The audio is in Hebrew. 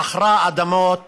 היא חכרה אדמות